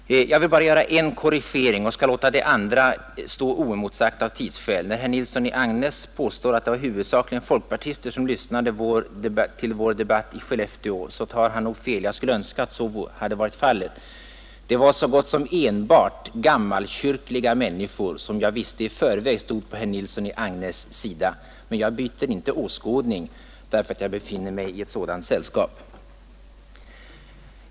Herr talman! Det var tidigare fem eller sex representanter för moderata samlingspartiet som uttalade sig i dessa frågor. I replikväxlingen har bara fyra deltagit! Jag vill bara göra en korrigering och skall låta det andra stå oemotsagt av tidsskäl. När herr Nilsson i Agnäs påstår att det huvudsakligen var folkpartister som lyssnade på vår debatt i Skellefteå, så tar han nog fel. Jag skulle önska att det vore som han säger. Men det var så gott som enbart människor som jag visste i förväg stod på herr Nilssons sida, och jag byter inte åskådning bara för att jag befinner mig i minoritet.